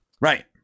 right